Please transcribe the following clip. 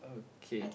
okay